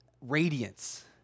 radiance